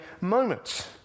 moment